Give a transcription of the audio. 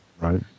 Right